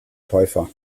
täufer